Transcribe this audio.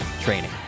Training